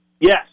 Yes